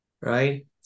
Right